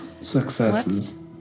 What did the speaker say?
successes